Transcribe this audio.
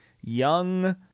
young